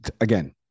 again